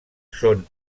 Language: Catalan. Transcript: són